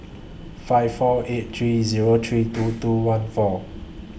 five four eight three Zero three two two one four